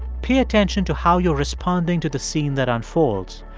pay attention to how you're responding to the scene that unfolds,